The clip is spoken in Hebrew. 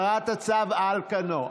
הותרת הצו על כנו.